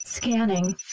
Scanning